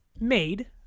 made